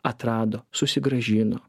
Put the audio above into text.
atrado susigrąžino